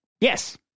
yes